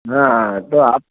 हाँ तो आप